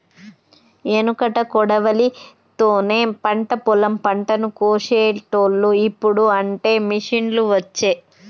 ఎనుకట కొడవలి తోనే పంట పొలం పంటను కోశేటోళ్లు, ఇప్పుడు అంటే మిషిండ్లు వచ్చే